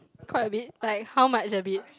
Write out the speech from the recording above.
quite a bit like how much a bit